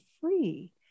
free